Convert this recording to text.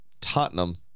Tottenham